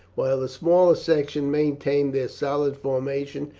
while the smaller section maintained their solid formation,